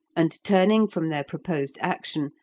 and, turning from their proposed action,